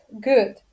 good